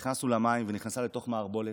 היא נכנסה למים ונכנסה לתוך מערבולת.